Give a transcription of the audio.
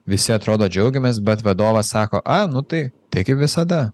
visi atrodo džiaugiamės bet vadovas sako a nu tai taip kaip visada